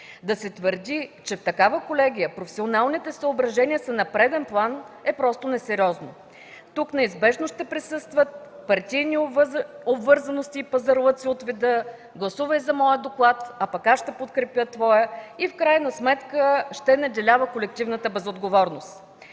Да се твърди, че при такава колегия националните съображения са на преден план, е просто несериозно. Тук неизбежно ще присъстват партийни обвързаности и пазарлъци от вида „Гласувай за моя доклад, пък аз ще подкрепя твоя“ и в крайна сметка ще надделява колективната безотговорност.